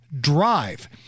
Drive